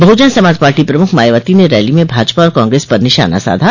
बहुजन समाज पार्टी प्रमुख मायावती ने रैली में भाजपा और कांग्रेस पर निशाना साधा